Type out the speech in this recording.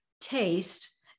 taste